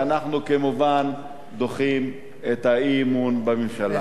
שאנחנו כמובן דוחים את האי-אמון בממשלה.